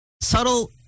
subtle